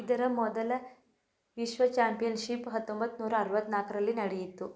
ಇದರ ಮೊದಲ ವಿಶ್ವ ಚಾಂಪಿಯನ್ಶಿಪ್ ಹತ್ತೊಂಬತ್ತು ನೂರಾ ಅರುವತ್ತು ನಾಲ್ಕರಲ್ಲಿ ನಡೆಯಿತು